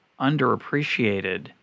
underappreciated